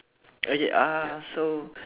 okay uh so